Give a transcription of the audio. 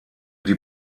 die